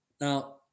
Now